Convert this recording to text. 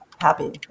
happy